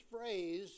phrase